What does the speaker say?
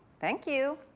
thank you.